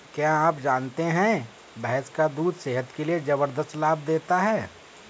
क्या आप जानते है भैंस का दूध सेहत के लिए जबरदस्त लाभ देता है?